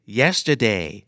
yesterday